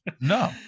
No